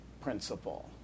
principle